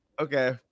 Okay